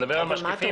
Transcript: הוא מדבר על משקיפים,